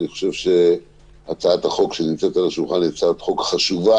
אני חושב שהצעת החוק שנמצאת על השולחן היא הצעת חוק חשובה,